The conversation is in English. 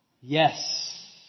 Yes